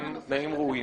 הם תנאים ראויים.